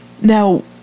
Now